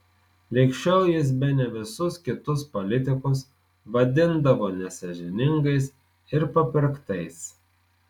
lig šiol jis bene visus kitus politikus vadindavo nesąžiningais ir papirktais